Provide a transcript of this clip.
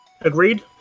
Agreed